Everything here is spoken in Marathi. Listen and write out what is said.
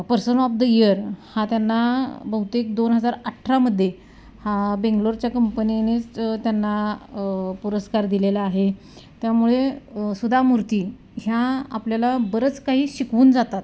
पर्सन ऑफ द इयर हा त्यांना बहुतेक दोन हजार अठरामध्ये हा बेंगलोरच्या कंपनीनेच त्यांना पुरस्कार दिलेला आहे त्यामुळे सुधा मूर्ती ह्या आपल्याला बरंच काही शिकवून जातात